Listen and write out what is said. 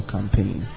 Campaign